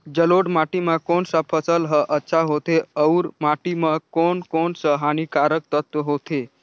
जलोढ़ माटी मां कोन सा फसल ह अच्छा होथे अउर माटी म कोन कोन स हानिकारक तत्व होथे?